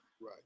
Right